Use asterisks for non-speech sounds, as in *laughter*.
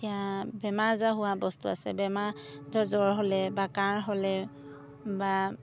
এতিয়া বেমাৰ আজাৰ হোৱা বস্তু আছে বেমাৰ *unintelligible* জ্বৰ হ'লে বা কাহ হ'লে বা